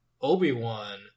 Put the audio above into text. Obi-Wan